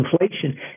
inflation